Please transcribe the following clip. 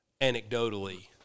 anecdotally